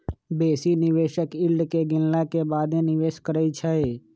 बेशी निवेशक यील्ड के गिनला के बादे निवेश करइ छै